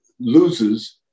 loses